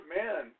man